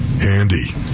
Andy